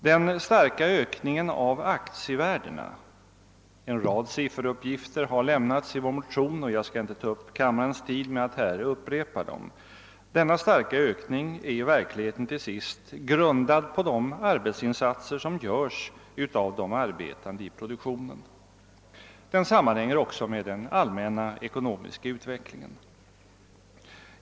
Den starka ökningen av aktievärdena — en rad sifferuppgifter härpå har lämnats i vår motion, men jag skall inte uppta kammarens tid med att upprepa dem — är i verkligheten till sist grundad på de arbetsinsatser som görs av de i produktionen verksamma. Den sammanhänger också med den allmänna ekonomiska utvecklingen.